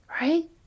Right